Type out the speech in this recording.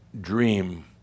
dream